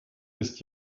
ist